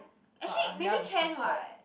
actually maybe can what